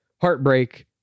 Heartbreak